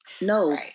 No